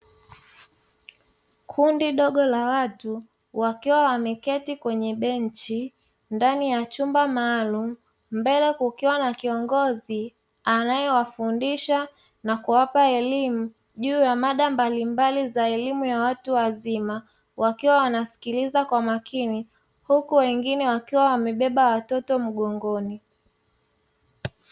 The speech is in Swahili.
Kundi dogo la watu wakiwa wameketi kwenye benchi ndani ya chumba maalumu, mbele kukiwa na kiongozi anaewafundisha na kuwapa elimu juu ya mada mbali mbali za elimu ya watu wazima, wakiwa wanasikiliza kwa makini huku wengine wakiwa wamebeba watoto mgongoni.